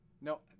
No